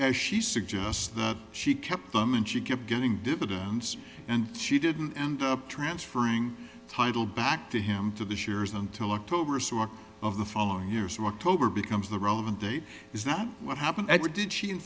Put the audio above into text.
as she suggests that she kept them and she kept getting dividends and she didn't end up transferring title back to him to this years until october sort of the following years of october becomes the relevant date is not what happened did she in